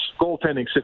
goaltending